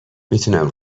میتونم